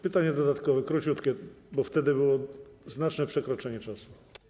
Pytanie dodatkowe, króciutkie, bo wtedy było znaczne przekroczenie czasu.